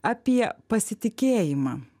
apie pasitikėjimą